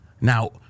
Now